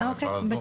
מה אפשר לעזור.